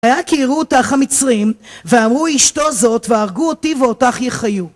היה כי יראו אותך המצרים, ואמרו אשתו זאת והרגו אותי ואותך יחיו